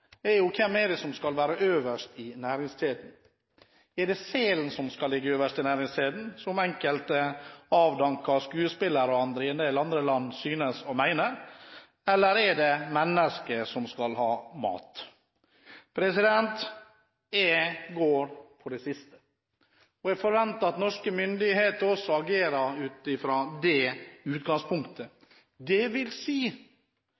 er: Hvem er det som skal være øverst i næringskjeden? Er det selen som skal være øverst i næringskjeden, som enkelte avdankede skuespillere og andre i en del andre land synes å mene, eller er det mennesket, som skal ha mat? Jeg går for det siste, og jeg forventer at norske myndigheter også agerer ut fra det utgangspunktet. Det vil si